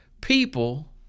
people